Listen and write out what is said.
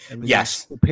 Yes